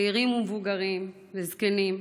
צעירים ומבוגרים וזקנים,